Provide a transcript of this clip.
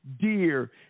dear